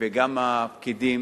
וגם הפקידים,